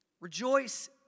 rejoice